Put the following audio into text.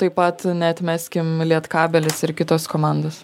taip pat neatmeskim lietkabelis ir kitos komandos